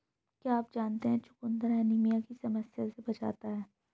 क्या आप जानते है चुकंदर एनीमिया की समस्या से बचाता है?